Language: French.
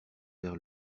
vers